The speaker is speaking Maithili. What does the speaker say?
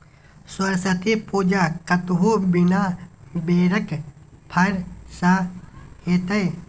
सरस्वती पूजा कतहु बिना बेरक फर सँ हेतै?